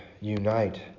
unite